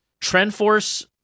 TrendForce